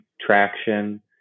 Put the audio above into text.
traction